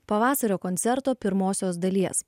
pavasario koncerto pirmosios dalies